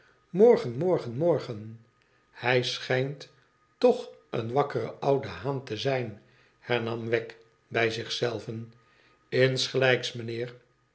morgen morgen ihij schijnt toch een wakkere oude haan te zijn hernam wegg bij zich zelven insgelijks mijnheer